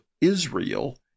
Israel